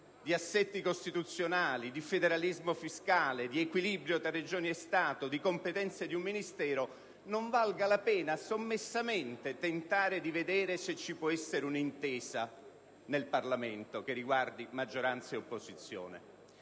di assetti costituzionali, di federalismo fiscale, di equilibrio tra Regioni e Stato, di competenze di un Ministero, non valga la pena sommessamente di tentare di trovare un'intesa nel Parlamento che coinvolga maggioranza e opposizione.